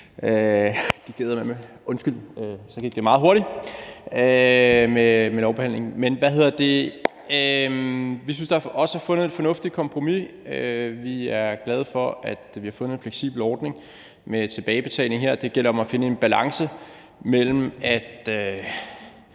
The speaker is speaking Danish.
nåede at høre fra mit kontor – og så gik det meget hurtigt med lovbehandlingen! Vi synes også, der er fundet et fornuftigt kompromis. Vi er glade for, at vi har fundet en fleksibel ordning her med tilbagebetaling; det gælder om at finde en balance mellem, at